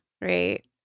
Right